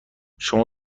شما